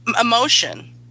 emotion